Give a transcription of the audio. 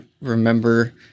remember